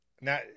now